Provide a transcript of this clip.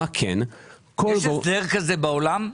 יש הסדר כזה בעולם?